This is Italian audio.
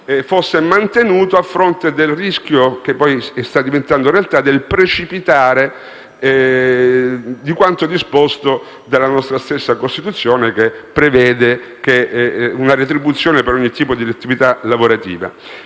e mantenuto, a fronte del rischio, che sta diventando realtà, del precipitare di quanto disposto dalla nostra stessa Costituzione, che prevede una retribuzione per ogni tipo di attività lavorativa.